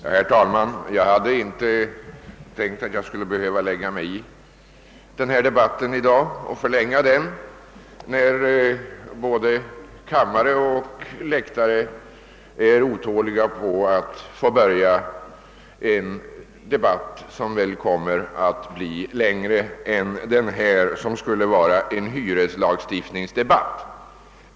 Herr talman! Jag hade inte tänkt att jag skulle behöva blanda mig i denna debatt och förlänga den, när både kammare och läktare otåligt väntar på att en debatt skall börja som väl kommer att bli längre än denna som skulle handla om hyresregleringen.